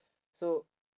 so